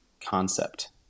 concept